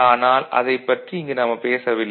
ஆனால் அதைப் பற்றி இங்கு நாம் பேசவில்லை